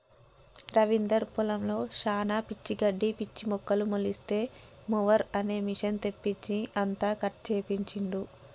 రవీందర్ పొలంలో శానా పిచ్చి గడ్డి పిచ్చి మొక్కలు మొలిస్తే మొవెర్ అనే మెషిన్ తెప్పించి అంతా కట్ చేపించిండు